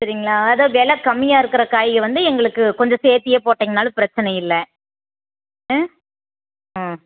சரிங்களா அதாவது வில கம்மியாக இருக்கிற காய்க வந்து எங்களுக்கு கொஞ்சம் சேர்த்தியே போட்டீங்கனாலும் பிரச்சனை இல்லை ஆ ஆ